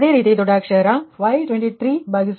ಅದೇ ರೀತಿ ದೊಡ್ಡ ಅಕ್ಷರ Y23Y22 ಅಂದರೆ ಕೋನ 35